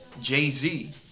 Jay-Z